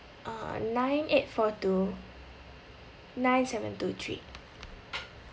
uh nine eight four two nine seven two three